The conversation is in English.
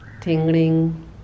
tingling